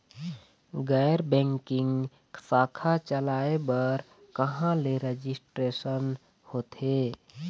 गैर बैंकिंग शाखा चलाए बर कहां ले रजिस्ट्रेशन होथे?